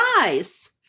eyes